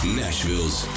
nashville's